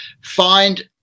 Find